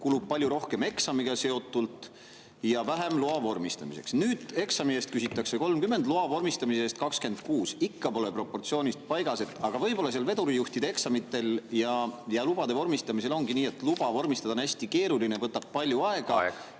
kulub palju rohkem eksamiga seotult ja vähem loa vormistamiseks. Nüüd küsitakse eksami eest 30, loa vormistamise eest 26 [eurot]. Ikka pole proportsioonid paigas. Aga võib-olla seal vedurijuhtide eksamitel ja lubade vormistamisel ongi nii, et luba vormistada on hästi keeruline, see võtab palju aega